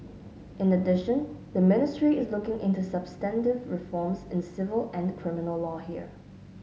in addition the ministry is looking into substantive reforms in civil and criminal law here